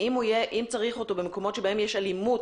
ואם צריך אותו במקומות שבהם יש אלימות